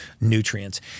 nutrients